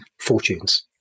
fortunes